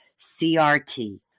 CRT